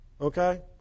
Okay